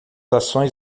ações